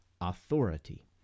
authority